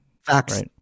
Facts